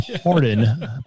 pardon